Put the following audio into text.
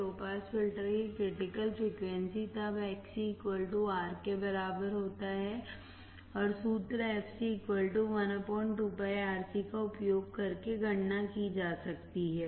लो pass filter की critical frequency तब Xc R के बराबर होता है और सूत्र fc 1 का उपयोग करके गणना की जा सकती है